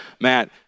Matt